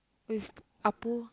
with Appu